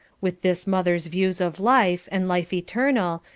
with this mother's views of life, and life eternal,